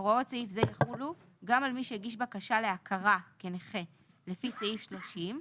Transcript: הוראות סעיף זה יחולו גם על מי שהגיש בקשה להכרה כנכה על פי סעיף 30,